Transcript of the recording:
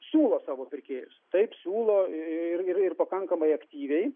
siūlo savo pirkėjus taip siūlo ir ir pakankamai aktyviai